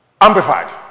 Amplified